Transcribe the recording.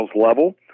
level